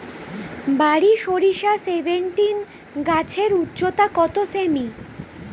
বারি সরিষা সেভেনটিন গাছের উচ্চতা কত সেমি?